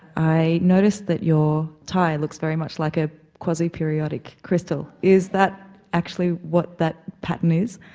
i noticed that your tie looks very much like a quasiperiodic crystal. is that actually what that pattern is?